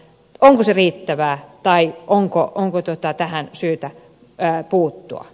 onko se riittävää tai onko tähän syytä puuttua